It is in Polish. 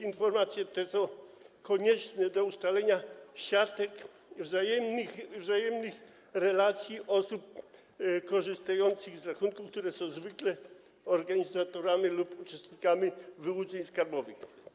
Informacje te są konieczne do ustalenia siatek wzajemnych relacji osób korzystających z rachunków, które są zwykle organizatorami lub uczestnikami wyłudzeń skarbowych.